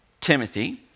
Timothy